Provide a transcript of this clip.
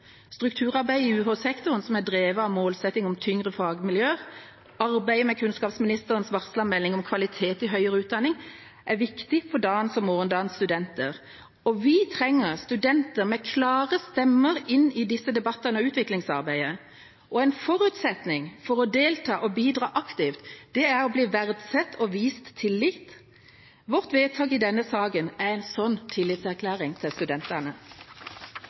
Strukturarbeidet i UH-sektoren er drevet av målsetting om tyngre fagmiljøer. Arbeidet med kunnskapsministerens varslede melding om kvalitet i høyere utdanning er viktig for dagens og morgendagens studenter. Vi trenger studenter med klare stemmer inn i disse debattene og utviklingsarbeidet. En forutsetning for å delta og bidra aktivt er å bli verdsatt og vist tillit. Vårt vedtak i denne saken er en slik tillitserklæring til studentene.